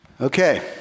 Okay